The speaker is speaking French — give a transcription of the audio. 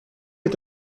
est